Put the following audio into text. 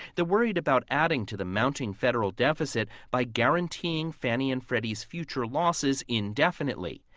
they're worried about adding to the mounting federal deficit by guaranteeing fannie and freddie's future losses indefinitely.